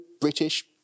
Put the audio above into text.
British